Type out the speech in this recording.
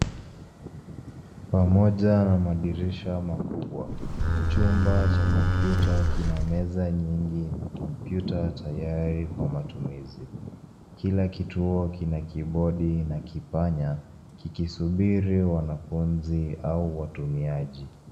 Pamoja na madirisha makubwa chumba cha kompyuta kina meza nyingi na kompyuta tayari kwa matumizi. Kila kituo kina kibodi na kipanya kikisuburi wanafunzi au watumiaji.